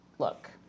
Look